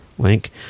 Link